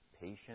patient